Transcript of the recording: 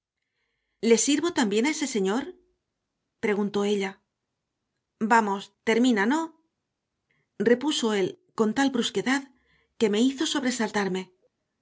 le sirvo también a ese señor preguntó ella vamos termina no repuso él con tal brusquedad que me hizo sobresaltarme